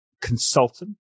consultant